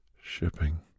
shipping